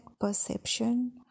perception